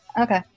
Okay